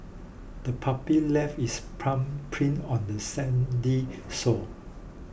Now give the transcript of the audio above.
the puppy left its paw prints on the sandy shore